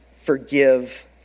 forgive